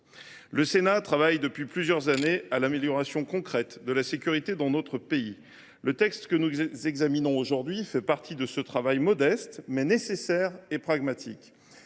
Le Sénat travaille depuis plusieurs années à l’amélioration concrète de la sécurité dans notre pays. Le texte que nous examinons aujourd’hui fait partie de ce travail, modeste – le terme